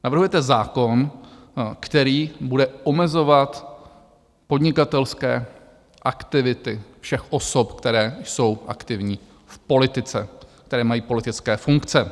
Navrhujete zákon, který bude omezovat podnikatelské aktivity všech osob, které jsou aktivní v politice, které mají politické funkce.